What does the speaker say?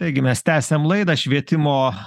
taigi mes tęsiam laidą švietimo